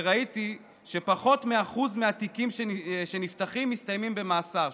וראיתי שפחות מ-1% מהתיקים שנפתחים מסתיימים במעצר,